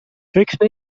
فکر